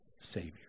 savior